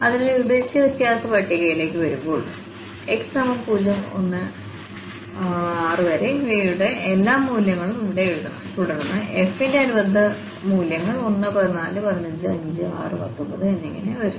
അതിനാൽ വിഭജിച്ച വ്യത്യാസ പട്ടികയിലേക്ക് വരുമ്പോൾ x0 1 2 4 5 6 ഇവയുടെ എല്ലാ മൂല്യങ്ങളും ഇവിടെ എഴുതണം തുടർന്ന്f ന്ടെ അനുബന്ധ മൂല്യങ്ങൾ 1 14 15 5 6 19 എന്നിങ്ങനെയാണ് വരുന്നത്